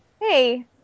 Hey